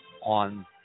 on